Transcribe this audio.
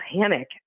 panic